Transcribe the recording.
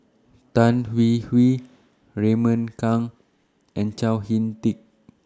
Tan Hwee Hwee Raymond Kang and Chao Hick Tin